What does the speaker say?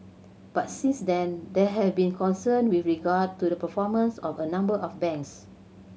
but since then there have been concern with regard to the performance of a number of banks